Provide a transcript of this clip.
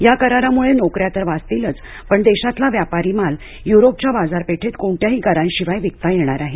या करारामुळं नोकऱ्या तर वाचतीलच पण देशातला व्यापारी माल युरोपच्या बाजारपेठेत कोणत्याही करांशिवाय विकता येणार आहे